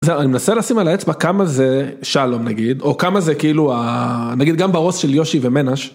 אני מנסה לשים על האצבע כמה זה שלום נגיד או כמה זה כאילו נגיד גם בראש של יושי ומנש.